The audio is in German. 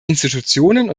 institutionen